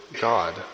God